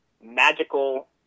magical